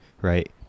right